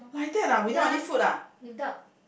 ya without